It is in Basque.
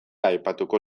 aipatuko